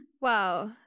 Wow